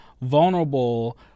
vulnerable